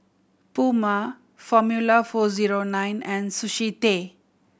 Puma Formula Four Zero Nine and Sushi Tei